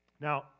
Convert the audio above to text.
Now